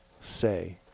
Say